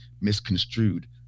misconstrued